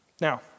Now